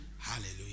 Hallelujah